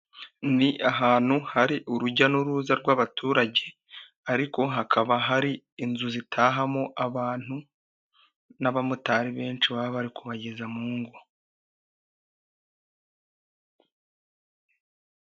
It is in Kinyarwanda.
Ni ahantu hari urujya n'uruza rw'abaturage ariko hakaba hari inzu zitahamo abantu n'abamotari benshi baba bari kubageza mu ngo.